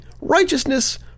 righteousness